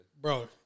Bro